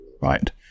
Right